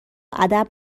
ادب